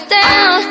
down